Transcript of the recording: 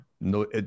No